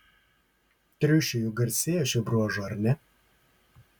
triušiai juk garsėja šiuo bruožu ar ne